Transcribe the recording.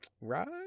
Right